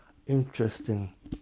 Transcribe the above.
interesting